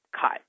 cut